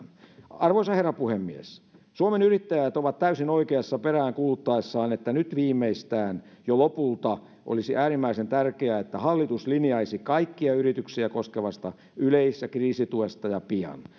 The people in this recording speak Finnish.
arvoisa herra puhemies suomen yrittäjät on täysin oikeassa peräänkuuluttaessaan että nyt viimeistään jo lopulta olisi äärimmäisen tärkeää että hallitus linjaisi kaikkia yrityksiä koskevasta yleisestä kriisituesta ja pian